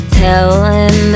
telling